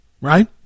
right